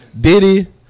Diddy